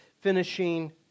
finishing